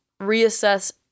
reassess